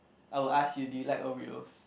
I will ask you did you like Oreos